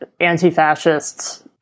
anti-fascists